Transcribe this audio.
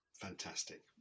Fantastic